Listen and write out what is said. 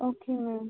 okay ma'am